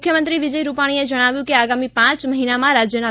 મુખ્યમંત્રી વિજય રૂપાણીએ જણાવ્યું છે કે આગામી પાંચ મહિનામાં રાજ્યના